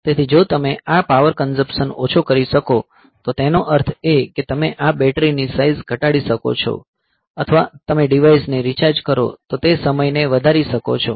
તેથી જો તમે આ પાવર કંઝપશન ઓછો કરી શકો તો તેનો અર્થ એ કે તમે આ બેટરીની સાઈઝ ઘટાડી શકો છો અથવા તમે ડીવાઈસને રિચાર્જ કરો તે સમયને વધારી શકો છો